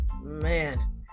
man